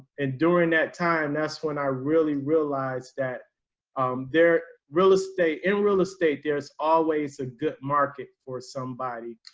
and during that time, that's when i really realized that they're real estate in real estate, there's always a good market for somebody.